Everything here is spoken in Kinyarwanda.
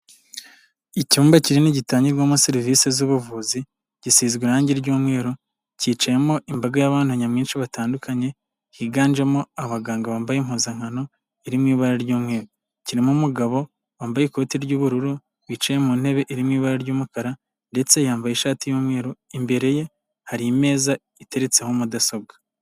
Icyumba kinini gitangirwamo serivisi z'ubuvuzi, gisizwe irangi ry'umweru, cyicayemo imbaga y'abantu nyamwinshi batandukanye, higanjemo abaganga bambaye impuzankano iri mu ibara ry'umweru. Kirimo umugabo wambaye ikoti ry'ubururu, wicaye mu ntebe iri mu ibara ry'umukara ndetse yambaye ishati y'umweru, imbere ye hari imeza iteretseho mudasobwa.